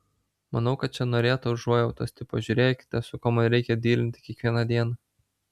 manau kad čia norėta užuojautos tipo žiūrėkite su kuo man reikia dylinti kiekvieną dieną